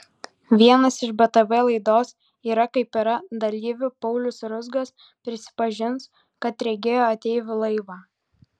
vienas iš btv laidos yra kaip yra dalyvių paulius ruzgas prisipažins kad regėjo ateivių laivą